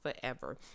forever